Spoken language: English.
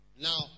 Now